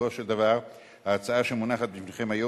ובסופו של דבר ההצעה שמונחת בפניכם היום